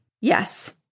Yes